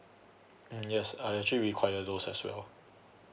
mm yes I actually require those as well